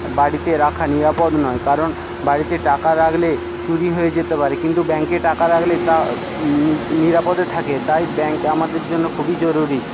বাড়িতে রাখা নিরাপদ নয় কারণ বাড়িতে টাকা রাখলে চুরি হয়ে যেতে পারে কিন্তু ব্যাংকে টাকা রাখলে তা নিরাপদে থাকে তাই ব্যাংক আমাদের জন্য খুবই জরুরি